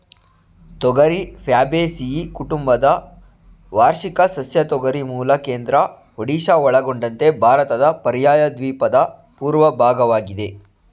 ತೊಗರಿ ಫ್ಯಾಬೇಸಿಯಿ ಕುಟುಂಬದ ವಾರ್ಷಿಕ ಸಸ್ಯ ತೊಗರಿ ಮೂಲ ಕೇಂದ್ರ ಒಡಿಶಾ ಒಳಗೊಂಡಂತೆ ಭಾರತದ ಪರ್ಯಾಯದ್ವೀಪದ ಪೂರ್ವ ಭಾಗವಾಗಿದೆ